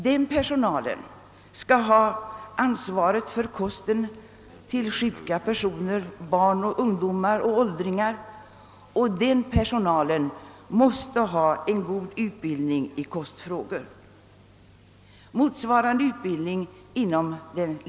Den personal som skall ha ansvaret för kosten till sjuka personer, barn och ungdomar och åldringar, måste ha god utbildning i kostfrågor.